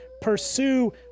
Pursue